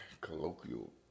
colloquial